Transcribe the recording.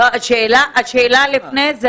לפני זה